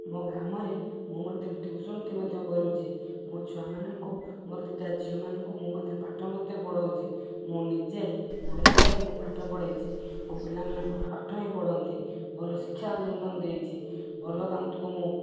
ମୋ ଗ୍ରାମରେ ମୁଁ ମଧ୍ୟ ଟିଉସନ ଟି ମଧ୍ୟ କରୁଛି ମୋ ଛୁଆମାନଙ୍କୁ ମୋର ଦୁଇଟା ଝିଅମାନଙ୍କୁ ମୁଁ ମଧ୍ୟ ପାଠ ମଧ୍ୟ ପଢ଼ଉଛି ମୁଁ ନିଜେ ମୋ ହିସାବରେ ମୁଁ ପାଠ ପଢ଼େଇଛି ମୋ ପିଲାମାନେ ଭଲ ପାଠ ହିଁ ପଢ଼ନ୍ତି ଭଲ ଶିକ୍ଷା ତାଙ୍କୁ ଦେଇଛି ଭଲ ତାଙ୍କୁ ମୁଁ